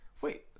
wait